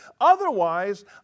Otherwise